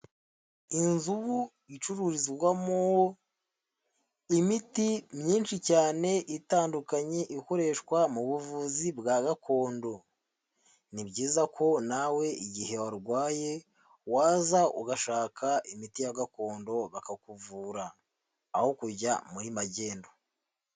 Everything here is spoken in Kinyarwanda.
Inzu icururizwamo imiti myinshi cyane itandukanye ikoreshwa mu buvuzi bwa gakondo, ni byiza ko nawe igihe warwaye waza ugashaka imiti ya gakondo bakakuvura, aho kujya muri magendu.